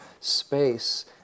space